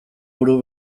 buru